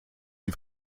sie